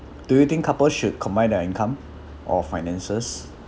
do you think couple should combine their income or finances